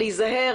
להיזהר,